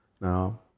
Now